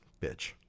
bitch